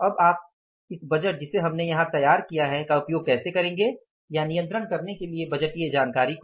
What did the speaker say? अब आप इस बजट जिसे हमने यहां तैयार किया है का उपयोग कैसे करेंगे या नियंत्रण करने के लिए बजटीय जानकारी को